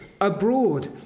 Abroad